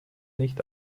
nicht